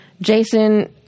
Jason